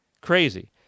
Crazy